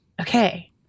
Okay